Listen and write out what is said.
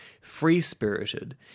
free-spirited